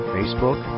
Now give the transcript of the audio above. Facebook